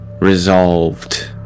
resolved